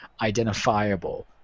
identifiable